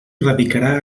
radicarà